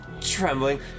trembling